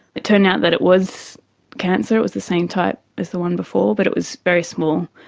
it turned out that it was cancer, it was the same type as the one before but it was very small,